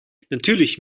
natürlich